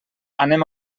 anem